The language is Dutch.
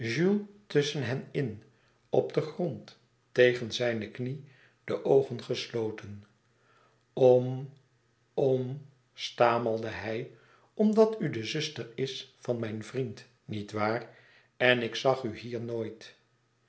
tusschen hen in op den grond tegen zijn knie de oogen gesloten om om stamelde hij omdat u de zuster is van mijn vriend niet waar en ik zag u hier nooit